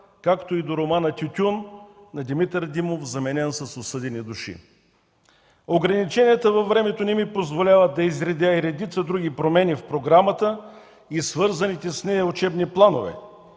както и за романа „Тютюн” на Димитър Димов, заменен с „Осъдени души”. Ограничението във времето не ми позволява да изредя редица други промени в програмата и свързаните с нея учебни планове,